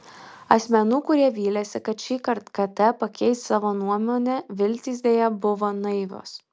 asmenų kurie vylėsi kad šįkart kt pakeis savo nuomonę viltys deja buvo naivios